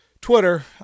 Twitter